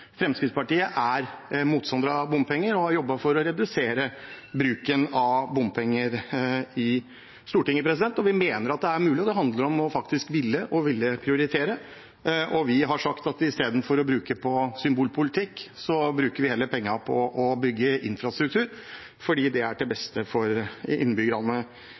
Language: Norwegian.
Fremskrittspartiet er motstander av bompenger, har jobbet i Stortinget for å redusere bruken av bompenger, og vi mener at det er mulig. Det handler om faktisk å ville og å ville prioritere, og vi har sagt at vi istedenfor å bruke penger på symbolpolitikk bruker pengene på å bygge infrastruktur – fordi det er til beste for innbyggerne